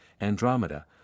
Andromeda